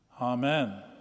Amen